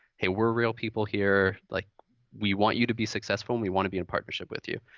hey, we're real people here. like we want you to be successful and we want to be in partnership with you,